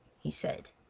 he said.